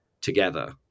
together